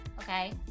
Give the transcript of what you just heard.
okay